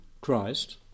Christ